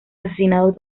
asesinados